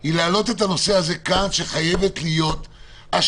היא להעלות את הנושא הזה כאן, שחייבת להיות השוואה